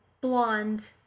blonde